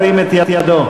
ירים את ידו.